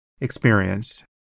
experience